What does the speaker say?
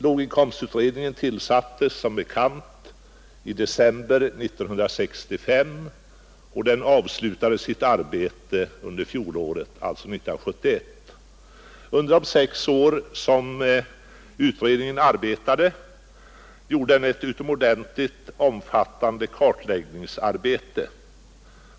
Låginkomstutredningen tillsattes som bekant i december 1965 och avslutade sitt arbete under 1971. Under de sex år som utredningen arbetade gjorde den ett utomordentligt omfattande kartläggningsarbete.